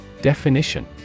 Definition